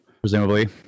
Presumably